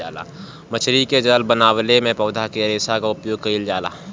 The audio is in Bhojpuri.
मछरी के जाल बनवले में पौधा के रेशा क उपयोग कईल जाला